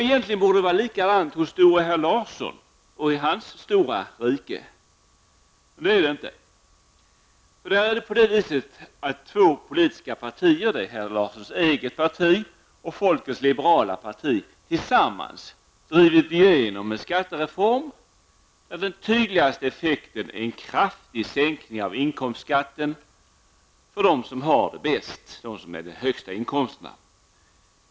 Egentligen borde det vara likadant hos store herr Larsson och i hans stora rike, men det är det inte. Där är det på det viset att två politiska partier, herr Larssons eget parti och folkets liberala parti, tillsammans har drivit igenom en skattereform, där den tydligaste effekten är en kraftig sänkning av inkomstskatten för dem som har det bäst, som har de högsta inkomsterna.